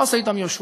מה עושה אתם יהושע?